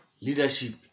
leadership